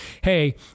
hey